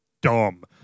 dumb